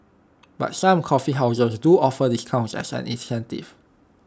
but some coffee houses do offer discounts as an incentive